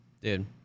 dude